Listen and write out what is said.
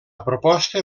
proposta